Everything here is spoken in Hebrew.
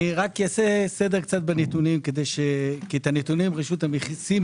אעשה סדר בנתונים כי את הנתונים רשות המיסים